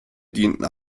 dienten